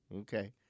Okay